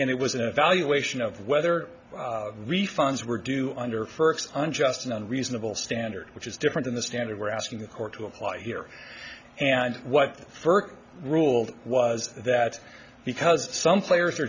it was an evaluation of whether refunds were due under first unjust and reasonable standard which is different than the standard we're asking the court to apply here and what further ruled was that because some players are